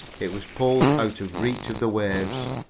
it was pulled out of reach of the waves.